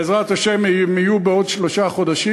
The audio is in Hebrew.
בעזרת השם, הם יהיו בעוד שלושה חודשים.